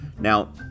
now